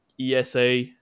ESA